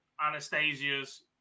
Anastasia's